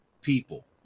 people